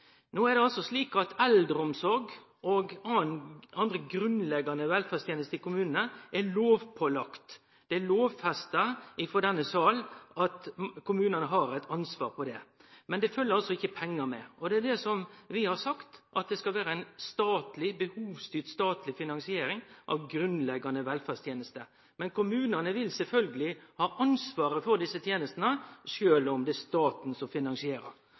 No er det altså slik at eldreomsorg og andre grunnleggjande velferdstenester i kommunane er lovpålagde. Det er lovfesta frå denne sal at kommunane har eit ansvar for det. Men det følgjer altså ikkje med pengar, og det er det vi har sagt, at det skal vere ei behovsstyrd statleg finansiering av grunnleggjande velferdstenester. Men kommunane skal sjølvsagt ha ansvaret for desse tenestene, sjølv om det er staten som finansierer